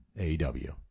AEW